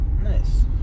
Nice